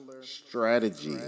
Strategy